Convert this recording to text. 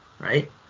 right